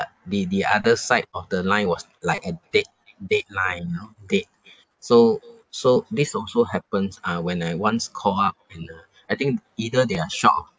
the the other side of the line was like a dead dead line you know dead so so this also happens uh when I once call up and uh I think either they are short of